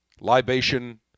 libation